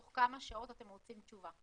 תוך כמה שעות אתם רוצים תשובה?